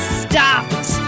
stopped